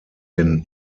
den